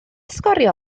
sgorio